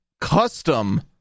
custom